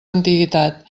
antiguitat